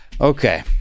Okay